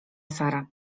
sara